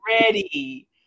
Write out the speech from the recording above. ready